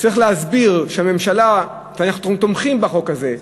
צריך להסביר שהממשלה, אנחנו תומכים בחוק הזה,